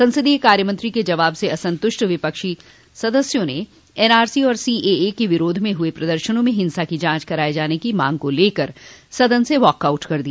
संसदीय कार्यमंत्री के जवाब से असंतुष्ट विपक्षी सदस्यों ने एनआरसी और सीएए के विरोध में हुए प्रदर्शनों में हिंसा की जांच कराये जाने की मांग को लेकर सदन से वाकआऊट कर दिया